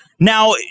Now